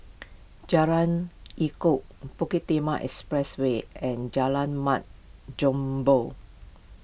Jalan Elok Bukit Timah Expressway and Jalan Mat Jambol